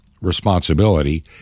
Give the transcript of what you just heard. responsibility